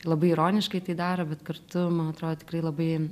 labai ironiškai tai daro bet kartu man atrodo tikrai labai